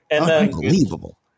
unbelievable